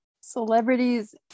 celebrities